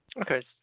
Okay